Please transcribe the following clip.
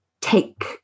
take